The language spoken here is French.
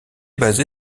basé